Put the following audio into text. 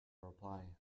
reply